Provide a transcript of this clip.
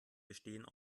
bestehen